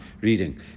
reading